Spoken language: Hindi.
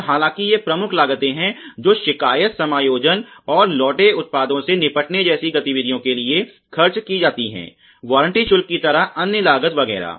और हालांकि ये प्रमुख लागतें हैं जो शिकायत समायोजन और लौटे उत्पादों से निपटने जैसी गतिविधियों के लिए खर्च की जाती हैं वारंटी शुल्क की तरह अन्य लागत वगैरह